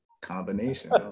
combination